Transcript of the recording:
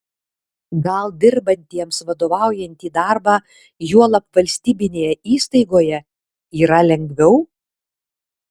gal dirbantiems vadovaujantį darbą juolab valstybinėje įstaigoje yra lengviau